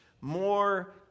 more